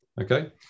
okay